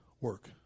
work